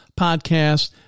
podcast